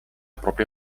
propria